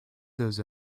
those